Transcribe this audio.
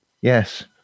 Yes